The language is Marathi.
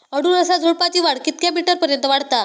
अडुळसा झुडूपाची वाढ कितक्या मीटर पर्यंत वाढता?